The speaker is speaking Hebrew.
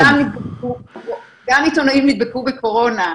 גם עיתונאים נדבקו בקורונה.